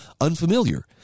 unfamiliar